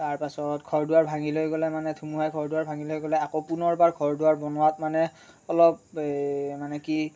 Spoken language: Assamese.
তাৰপাছত ঘৰ দুৱাৰ ভাঙি লৈ গ'লে মানে ধুমুহাই ঘৰ দুৱাৰ ভাঙি লৈ গ'লে আকৌ পুনৰবাৰ ঘৰ দুৱাৰ বনোৱাত মানে অলপ মানে কি